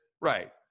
right